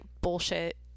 bullshit